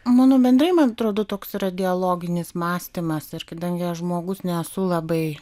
mano bendrai man atrodo toks yra dialoginis mąstymas ir kadangi žmogus nesu labai